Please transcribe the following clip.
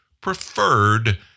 preferred